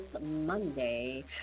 Monday